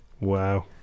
wow